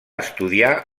estudiar